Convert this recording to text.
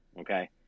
Okay